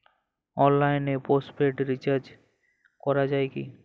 অনলাইনে postpaid recharge করা যায় কি?